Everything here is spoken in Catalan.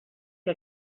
que